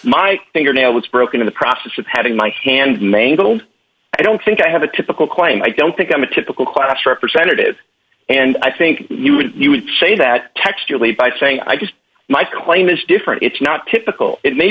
my fingernail was broken in the process of having my hand mangled i don't think i have a typical claim i don't think i'm a typical class representative and i think you would you would say that text you lead by saying i just my claim is different it's not typical it may